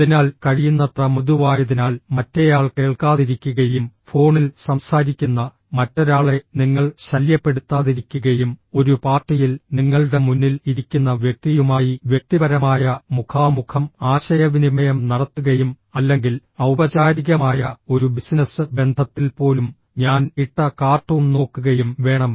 അതിനാൽ കഴിയുന്നത്ര മൃദുവായതിനാൽ മറ്റേയാൾ കേൾക്കാതിരിക്കുകയും ഫോണിൽ സംസാരിക്കുന്ന മറ്റൊരാളെ നിങ്ങൾ ശല്യപ്പെടുത്താതിരിക്കുകയും ഒരു പാർട്ടിയിൽ നിങ്ങളുടെ മുന്നിൽ ഇരിക്കുന്ന വ്യക്തിയുമായി വ്യക്തിപരമായ മുഖാമുഖം ആശയവിനിമയം നടത്തുകയും അല്ലെങ്കിൽ ഔപചാരികമായ ഒരു ബിസിനസ്സ് ബന്ധത്തിൽ പോലും ഞാൻ ഇട്ട കാർട്ടൂൺ നോക്കുകയും വേണം